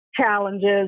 challenges